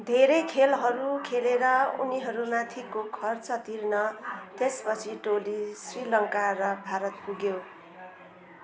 धेरै खेलहरू खेलेर उनीहरूमाथिको खर्च तिर्न त्यसपछि टोली श्रीलङ्का र भारत पुग्यो